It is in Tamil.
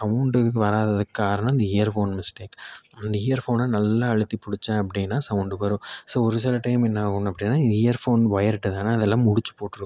சவுண்டு வராததுக்காரணம் இந்த இயர் ஃபோன் மிஸ்டேக் அந்த இயர் ஃபோனை நல்லா அழுத்தி பிடிச்சேன் அப்படின்னா சவுண்டு வரும் ஸோ ஒரு சில டைமில் என்ன ஆகும் அப்படின்னா இந்த இயர் ஃபோன் வொயர்கிட்ட தானே அதெல்லாம் முடுச்சு போட்டிருக்கும்